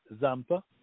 Zampa